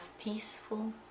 peaceful